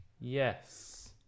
Yes